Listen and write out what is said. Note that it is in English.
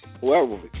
Whoever